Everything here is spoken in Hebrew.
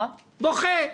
בוכה.